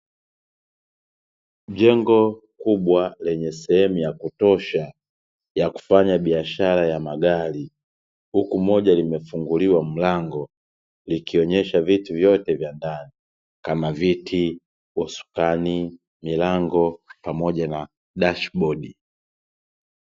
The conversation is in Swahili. Jengo kubwa lenye sehemu ya kutosha ya kufanya biashara ya magari, huku moja limefunguliwa mlango likionyesha vitu vyote vya ndani kama viti, usukani, milango pamoja na Dashibodi.